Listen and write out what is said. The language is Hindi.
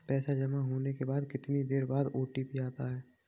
पैसा जमा होने के कितनी देर बाद ओ.टी.पी आता है?